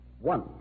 One